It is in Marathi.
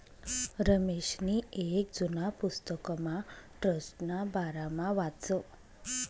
रमेशनी येक जुना पुस्तकमा ट्रस्टना बारामा वाचं